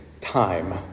time